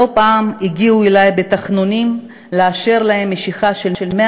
לא פעם הגיעו אלי בתחנונים לאשר להם משיכה של 100